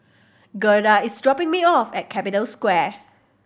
Gerda is dropping me off at Capital Square